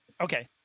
Okay